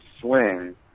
swing